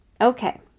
Okay